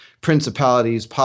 principalities